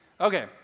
Okay